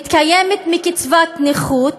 מתקיימת מקצבת נכות.